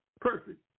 perfect